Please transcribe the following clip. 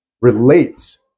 relates